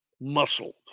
muscle